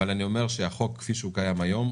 אבל אני אומר שהחוק כפי שהוא קיים היום,